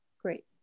Great